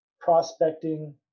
prospecting